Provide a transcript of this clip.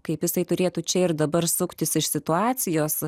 kaip jisai turėtų čia ir dabar suktis iš situacijos